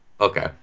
Okay